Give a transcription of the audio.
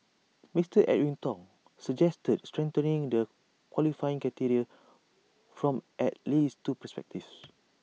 Mister Edwin Tong suggested strengthening the qualifying criteria from at least two perspectives